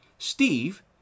Steve